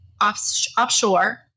offshore